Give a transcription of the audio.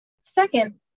Second